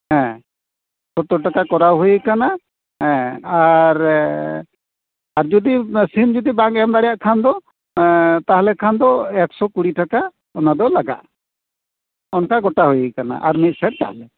ᱦᱮᱸ ᱥᱚᱛᱛᱳᱨ ᱴᱟᱠᱟ ᱠᱚᱨᱟᱣ ᱦᱩᱭᱟᱠᱟᱱᱟ ᱦᱮᱸ ᱟᱨ ᱟᱨ ᱡᱩᱫᱤ ᱥᱤᱢ ᱡᱩᱫᱤ ᱵᱟᱢ ᱮᱢ ᱫᱟᱲᱭᱟᱜ ᱠᱷᱟᱱ ᱫᱚ ᱛᱟᱞᱦᱮ ᱠᱷᱟᱱ ᱮᱠᱥᱚ ᱠᱩᱲᱤ ᱴᱟᱠᱟ ᱚᱱᱟᱫᱚ ᱞᱟᱜᱟᱜᱼᱟ ᱚᱱᱟ ᱫᱚ ᱞᱟᱜᱟᱜᱼᱟ ᱚᱱᱠᱟ ᱜᱚᱴᱟ ᱦᱩᱭᱟᱠᱟᱱᱟ ᱟᱨ ᱢᱤᱫ ᱥᱮᱨ ᱪᱟᱣᱞᱮ